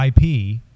IP